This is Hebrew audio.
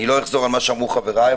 לא אחזור על מה שאמרו חבריי,